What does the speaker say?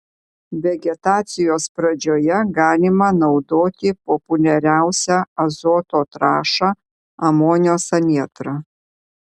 vegetacijos pradžioje galima naudoti populiariausią azoto trąšą amonio salietrą